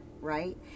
Right